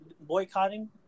boycotting